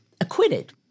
acquitted